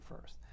first